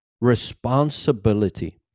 responsibility